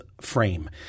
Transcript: frame